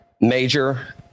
major